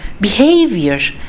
behavior